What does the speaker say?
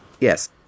Yes